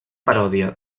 paròdia